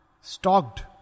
Stalked